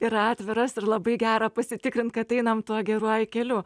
yra atviras ir labai gera pasitikrinti kad einam tuo geruoju keliu